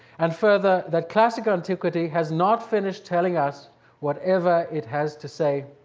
and further that classical antiquity has not finished telling us whatever it has to say.